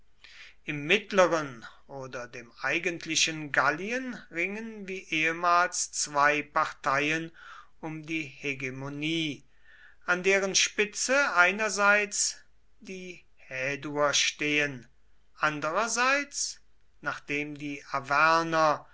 im mittleren oder dem eigentlichen gallien ringen wie ehemals zwei parteien um die hegemonie an deren spitze einerseits die häduer stehen andererseits nachdem die